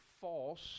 false